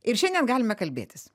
ir šiandien galime kalbėtis